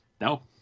No